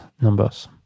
numbers